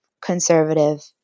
conservative